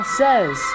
says